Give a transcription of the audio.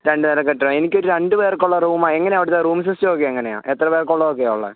രണ്ട് പേരെ കയറ്റാൻ എനിക്കൊരു രണ്ട് പേർക്കുള്ള റൂം ആണ് എങ്ങനെ അവിടുത്തെ റൂം സിസ്റ്റം ഒക്കെ എങ്ങനെയാണ് എത്ര പേർക്കുള്ളതൊക്കെ ആണ് ഉള്ളത്